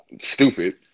stupid